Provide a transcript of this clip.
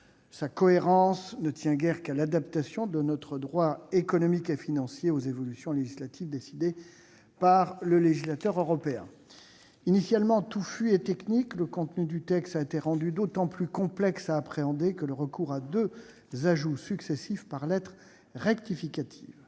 Sa cohérence ne tient guère qu'à l'adaptation de notre droit économique et financier aux évolutions législatives décidées par le législateur européen. Initialement touffu et technique, le contenu du texte a été rendu d'autant plus complexe à appréhender par le recours à deux ajouts successifs par lettre rectificative.